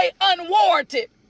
unwarranted